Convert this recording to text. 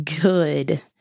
good